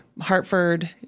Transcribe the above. Hartford